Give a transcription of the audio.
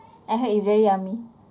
I heard it's very yummy